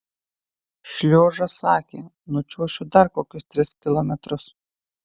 šliožas sakė nučiuošiu dar kokius tris kilometrus